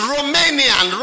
Romanian